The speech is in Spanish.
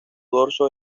dorso